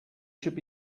should